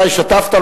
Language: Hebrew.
אתה השתתפת,